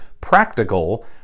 practical